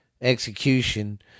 execution